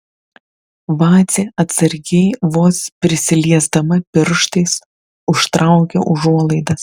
vacė atsargiai vos prisiliesdama pirštais užtraukia užuolaidas